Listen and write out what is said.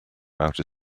outer